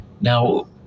Now